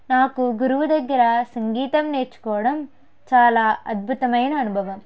నాకు గురువు దగ్గర సంగీతం నేర్చుకోవడం చాలా అద్భుతమైన అనుభవం